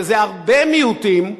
וזה הרבה מיעוטים,